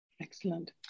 Excellent